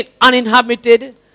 uninhabited